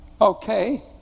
Okay